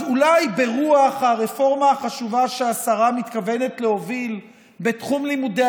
אז אולי ברוח הרפורמה החשובה שהשרה מתכוונת להוביל בתחום לימודי